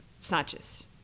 snatches